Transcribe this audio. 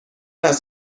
است